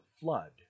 flood